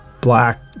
black